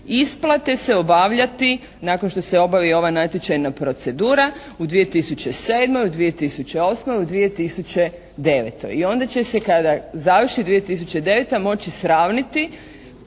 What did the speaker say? isplate se obavljati nakon što se obavi i ova natječajna procedura u 2007., u 2008., u 2009. I onda će se kada završi 2009. moći sravniti